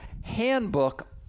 handbook